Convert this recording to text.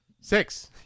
Six